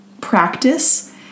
practice